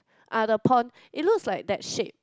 ah the pawn it looks like that shape